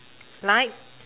like